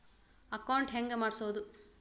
Account ಹೆಂಗ್ ಮಾಡ್ಸೋದು?